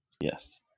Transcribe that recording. Yes